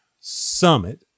Summit